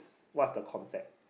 what's the concept